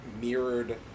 mirrored